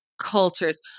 cultures